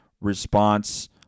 response